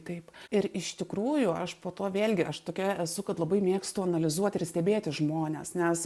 taip ir iš tikrųjų aš po to vėlgi aš tokia esu kad labai mėgstu analizuoti ir stebėti žmones nes